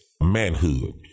manhood